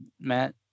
Matt